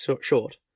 short